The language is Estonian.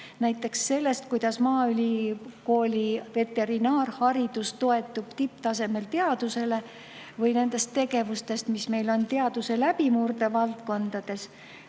näiteks sellest, kuidas maaülikooli veterinaarharidus toetub tipptasemel teadusele või nendest tegevustest, mis meil on teaduse läbimurdevaldkondades.